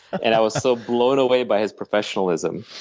and i was so blown away by his professionalism,